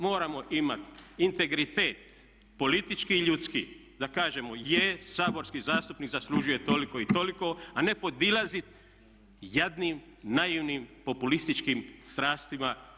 Moramo imat integritet politički i ljudski da kažemo, je saborski zastupnik zaslužuje toliko i toliko, a ne podilazit jadnim, naivnim, populističkim strastima.